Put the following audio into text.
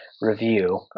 review